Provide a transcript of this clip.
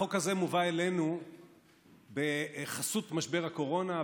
החוק הזה מובא אלינו בחסות משבר הקורונה,